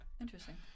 Interesting